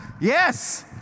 Yes